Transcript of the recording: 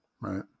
Right